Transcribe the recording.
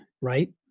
Right